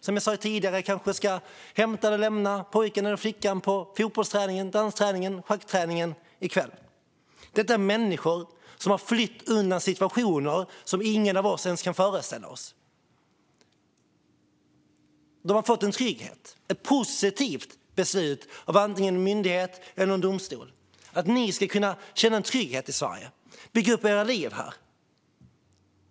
Som jag sa tidigare kanske de ska hämta eller lämna pojken eller flickan på fotbollsträningen, dansträningen eller hockeyträningen i kväll. Det handlar om människor som har flytt undan situationer som ingen av oss ens kan föreställa sig. De har fått en trygghet - ett positivt beslut av en myndighet eller en domstol. De ska kunna känna trygghet i Sverige och bygga upp sina liv här.